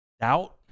Doubt